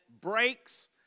breaks